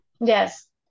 Yes